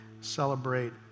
celebrate